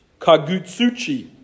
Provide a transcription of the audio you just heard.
Kagutsuchi